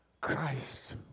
Christ